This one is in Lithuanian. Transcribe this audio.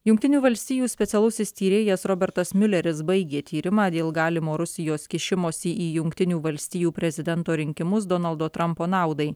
jungtinių valstijų specialusis tyrėjas robertas miuleris baigė tyrimą dėl galimo rusijos kišimosi į jungtinių valstijų prezidento rinkimus donaldo trampo naudai